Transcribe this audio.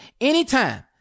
anytime